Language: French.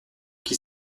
qui